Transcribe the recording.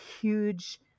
huge